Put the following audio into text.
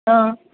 ಹಾಂ